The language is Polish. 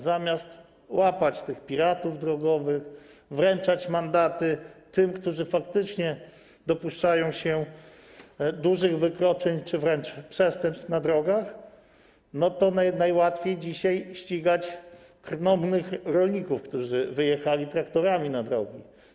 Zamiast łapać piratów drogowych, wręczać mandaty tym, którzy faktycznie dopuszczają się dużych wykroczeń czy wręcz przestępstw na drogach, najłatwiej ścigać krnąbrnych rolników, którzy wyjechali traktorami na drogi.